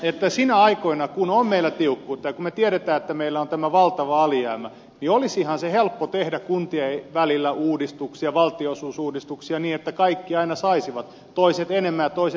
niinä aikoina kun on meillä tiukkuutta ja kun me tiedämme että meillä on tämä valtava alijäämä niin olisihan se helppo tehdä kuntien välillä uudistuksia valtionosuusuudistuksia niin että kaikki aina saisivat toiset enemmän ja toiset vielä enemmän